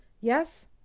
Yes